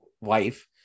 wife